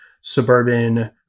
suburban